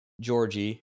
Georgie